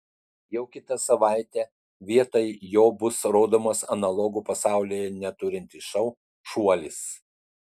jau kitą savaitę vietoj jo bus rodomas analogų pasaulyje neturintis šou šuolis